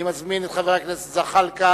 אני מזמין את חבר הכנסת זחאלקה,